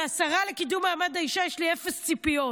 מהשרה לקידום מעמד האישה יש לי אפס ציפיות,